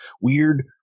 weird